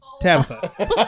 Tabitha